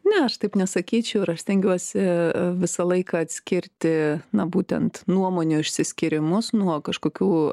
ne aš taip nesakyčiau ir aš stengiuosi visą laiką atskirti na būtent nuomonių išsiskyrimus nuo kažkokių